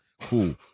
cool